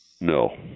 No